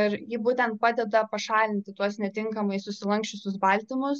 ir ji būtent padeda pašalinti tuos netinkamai susilanksčiusius baltymus